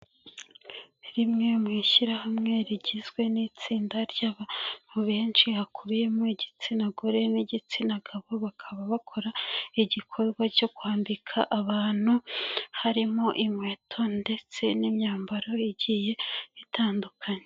Rimwe mu ishyirahamwe rigizwe n'itsinda ry'abantu benshi hakubiyemo igitsina gore n'igitsina gabo bakaba bakora igikorwa cyo kwambika abantu, harimo inkweto ndetse n'imyambaro igiye itandukanye.